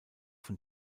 von